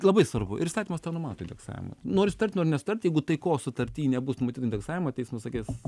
labai svarbu ir įstatymas tą numato indeksavimą nori sutart nori nesutart jeigu taikos sutarty nebus numatyto indeksavimo teismas sakys